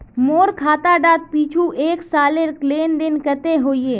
मोर खाता डात पिछुर एक सालेर लेन देन कतेक होइए?